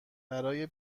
برای